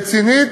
רצינית.